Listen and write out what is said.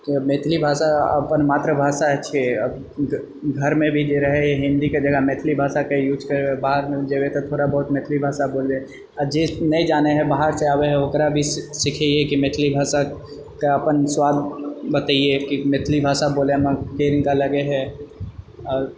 मैथिली भाषा अपन मातृभाषा छियै घरमे भी जे रहै अपन हिन्दीके जगह मैथिली भाषाके यूज बाहरमे जेबै तऽ थोड़ा बहुत मैथिली भाषाके बोलए आ जे नहि जानै हइ बाहरसँ आबैत हइ ओकरा भी सीखैए कि मैथिली भाषाके अपन स्वाद बतैए कि मैथिली भाषा बोलैमे केहन नीक लगै हइ आओर